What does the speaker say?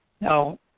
Now